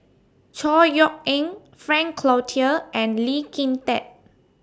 Chor Yeok Eng Frank Cloutier and Lee Kin Tat